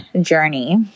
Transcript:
journey